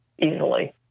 easily